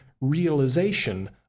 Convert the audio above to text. realization